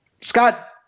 Scott